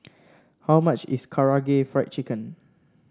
how much is Karaage Fried Chicken